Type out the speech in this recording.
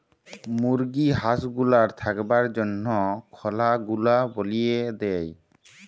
মুরগি হাঁস গুলার থাকবার জনহ খলা গুলা বলিয়ে দেয়